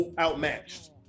outmatched